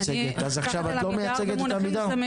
מייצגת את עמידר, אז עכשיו את לא מייצגת את עמידר?